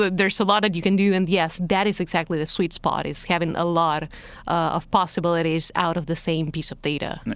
ah there's a lot that you can do. and yes, that is exactly the sweet spot, is having a lot of possibilities out of the same piece of data.